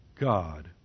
God